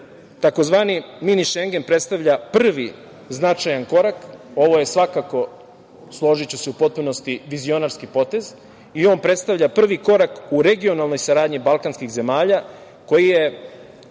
tzv. Mini šengen predstavlja prvi značajan korak. Ovo je svakako, složiću se u potpunosti, vizionarski potez i on predstavlja prvi korak u regionalnoj saradnji balkanskih zemalja koji se